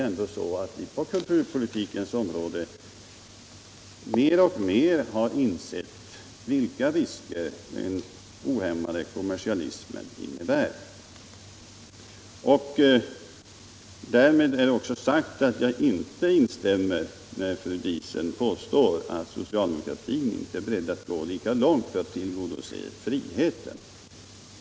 På kulturpolitikens område har vi ändå mer och mer insett vilka risker den ohämmade kommersialismen innebär. Därmed är det också sagt att jag inte instämmer i fru Diesens påstående att socialdemokratin inte är beredd att gå lika långt för att tillgodose friheten.